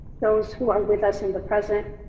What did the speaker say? those who are with us in the present,